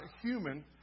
human